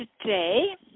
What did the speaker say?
today